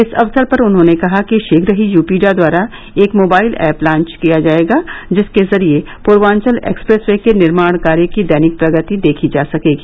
इस अवसर पर उन्होंने कहा कि शीघ्र ही यूपीडा द्वारा एक मोबाइल एप लांच किया जायेगा जिसके जरिये पूर्वांचल एक्सप्रेस वे के निर्माण कार्य की दैनिक प्रगति देखी जा सकेगी